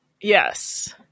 yes